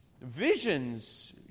visions